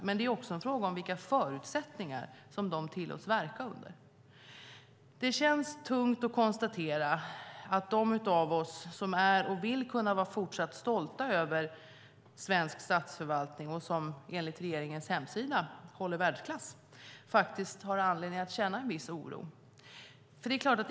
Men det är också en fråga om vilka förutsättningar som de tillåts verka under. Det känns tungt att konstatera att de av oss som är och vill kunna vara fortsatt stolta över svensk statsförvaltning, som enligt regeringens hemsida håller världsklass, faktiskt har anledning att känna en viss oro.